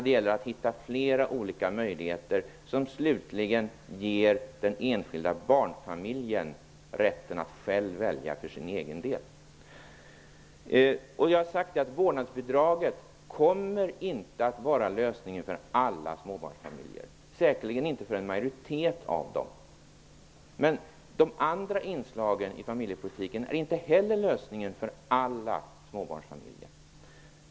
Det gäller att hitta flera olika möjligheter, som slutligen ger den enskilda barnfamiljen rätten att själv välja för sin egen del. Vårdnadsbidraget kommer inte att vara lösningen för alla småbarnsfamiljer, säkerligen inte för en majoritet av dem. Men de andra inslagen i familjepolitiken är inte heller lösningen för alla småbarnsfamiljer.